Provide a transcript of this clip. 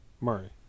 Murray